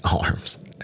arms